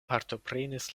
partoprenis